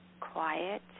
quiet